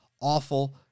awful